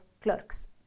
clerks